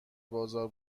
بازار